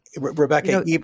Rebecca